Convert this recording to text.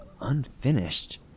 unfinished